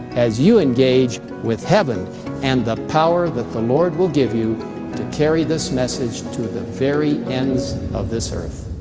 as you engage with heaven and the power that the lord will give you to carry this message to the very ends of this earth.